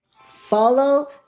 follow